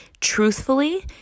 Truthfully